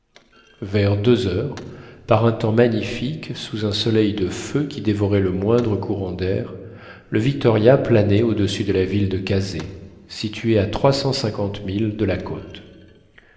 vers deux heures par un temps magnifique sous un soleil de feu qui dévorait le moindre courant d'air le victoria planait au-dessus de la ville de kazeh située à milles de la côte